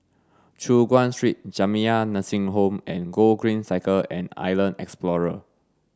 Choon Guan Street Jamiyah Nursing Home and Gogreen Cycle and Island Explorer